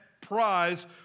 prize